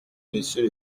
monsieur